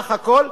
סך הכול: